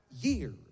years